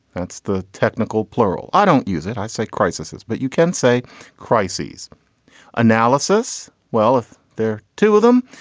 that's the technical plural. i don't use it. i say crisises, but you can say crises analysis. well, if they're two of them,